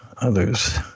others